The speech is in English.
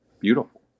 beautiful